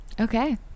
okay